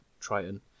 Triton